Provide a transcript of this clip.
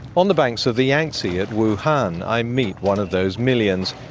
on the banks of the yangtze at wuhan i meet one of those millions.